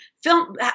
film